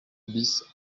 bis